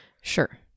Sure